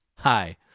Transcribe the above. Hi